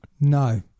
no